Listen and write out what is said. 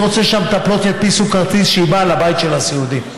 אני רוצה שהמטפלת תחתים כרטיס כשהיא באה לבית של הסיעודי,